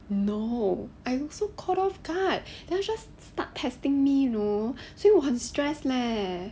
no I'm so caught off guard then 他 just start testing me you know 所以我很 stress leh